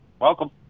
welcome